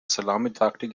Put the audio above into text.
salamitaktik